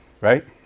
Right